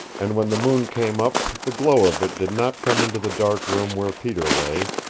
and when the moon came up the glow of it did not come into the dark room where peter lay,